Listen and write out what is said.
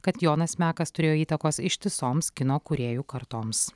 kad jonas mekas turėjo įtakos ištisoms kino kūrėjų kartoms